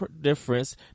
difference